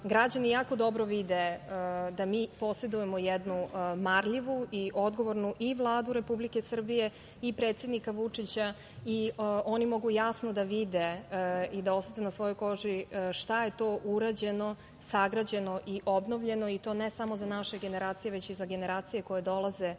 građani jako dobro vide da mi posedujemo jednu marljivu i odgovornu i Vladu Republike Srbije i predsednika Vučića i oni mogu jasno da vide i da osete na svojoj koži šta je to urađeno, sagrađeno i obnovljeno i to ne samo za naše generacije, već i za generacije koje dolaze i